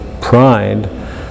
pride